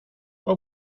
pon